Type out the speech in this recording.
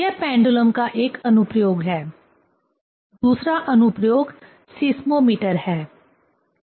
यह पेंडुलम का एक अनुप्रयोग है दूसरा अनुप्रयोग सीस्मोमीटर है